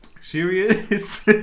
Serious